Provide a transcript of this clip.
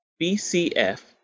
BCF